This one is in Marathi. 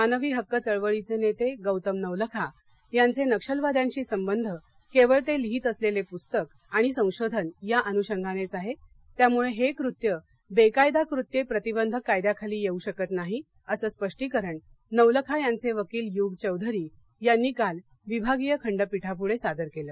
मानवी हक्क चळवळीचे नेते गौतम नवलखा यांचे नक्षलवाद्यांशी संबंध केवळ ते लिहित असलेले पुस्तक आणि संशोधन या अनुषंगानेच आहे त्यामुळे हे कृत्य बेकायदा कृत्ये प्रतिबंधक कायद्याखाली येऊ शकत नाही असं स्पष्टीकरण नवलखा यांचे वकील युग चौधरी यांनी काल विभागीय खंडपीठापुढे सादर केलं